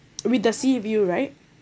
with the sea view right